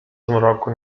zmroku